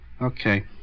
Okay